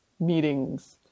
...meetings